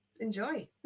enjoy